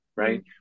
Right